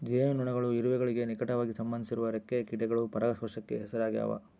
ಜೇನುನೊಣಗಳು ಇರುವೆಗಳಿಗೆ ನಿಕಟವಾಗಿ ಸಂಬಂಧಿಸಿರುವ ರೆಕ್ಕೆಯ ಕೀಟಗಳು ಪರಾಗಸ್ಪರ್ಶಕ್ಕೆ ಹೆಸರಾಗ್ಯಾವ